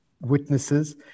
witnesses